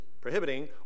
prohibiting